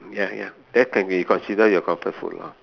ya ya that can be considered your comfort food lah